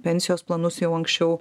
pensijos planus jau anksčiau